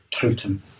totem